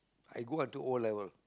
I go until O-level